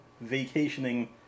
vacationing